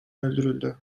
öldürüldü